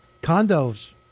Condos